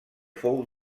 fou